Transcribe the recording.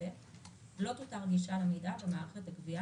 (ב)לא תותר גישה למידע במערכת הגבייה